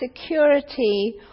security